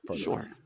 Sure